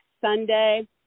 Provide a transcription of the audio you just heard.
Sunday